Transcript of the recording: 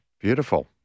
Beautiful